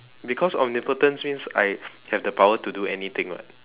because omnipotence means I have the power to do anything [what]